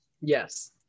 yes